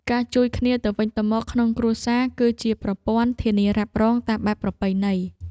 ការជួយគ្នាទៅវិញទៅមកក្នុងគ្រួសារ គឺជាប្រព័ន្ធធានារ៉ាប់រងតាមបែបប្រពៃណី។